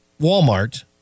Walmart